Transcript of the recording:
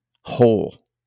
whole